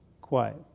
quiet